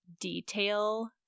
detail